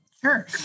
Sure